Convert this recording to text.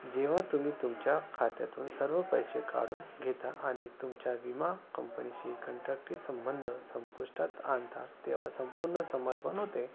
जेव्हा तुम्ही तुमच्या खात्यातून सर्व पैसे काढून घेता आणि तुमच्या विमा कंपनीशी कंट्रक्टी संंबंध संपुष्टात आणता तेव्हा संपूर्ण समर्पण होते